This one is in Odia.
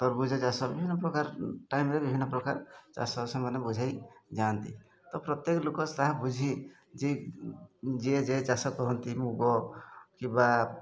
ତରଭୁଜ ଚାଷ ବିଭିନ୍ନ ପ୍ରକାର ଟାଇମ୍ରେ ବିଭିନ୍ନ ପ୍ରକାର ଚାଷ ସେମାନେ ବୁଝାଇ ଯାଆନ୍ତି ତ ପ୍ରତ୍ୟେକ ଲୋକ ତାହା ବୁଝି ଯେ ଯିଏ ଯିଏ ଚାଷ କହନ୍ତି ମୁଗ କିମ୍ବା